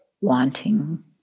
wanting